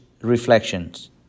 Reflections